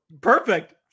Perfect